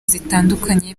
zitandukanye